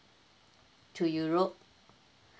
to europe